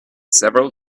several